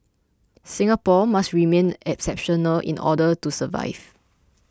Singapore must remain exceptional in order to survive